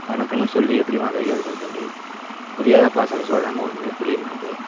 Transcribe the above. வணக்கம்னு சொல்லி எப்படி வா கை எடுக்கிறது எப்படி புரியாத பாஷையில் சொல்கிறாங்க ஒன்னுமே புரிய மாட்டுது